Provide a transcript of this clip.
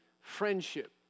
Friendship